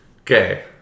Okay